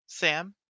Sam